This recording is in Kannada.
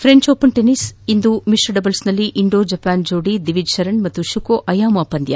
ಫ್ರೆಂಚ್ ಓಪನ್ ಟೆನ್ನಿಸ್ ಇಂದು ಮಿಶ್ರ ಡಬಲ್ಸ್ನಲ್ಲಿ ಇಂಡೋ ಜಪಾನ್ ಜೋಡಿ ಶ್ ದೀವಿಜ್ ಶರಣ್ ಹಾಗೂ ಶುಕೋ ಅಯಮಾ ಪಂದ್ಯ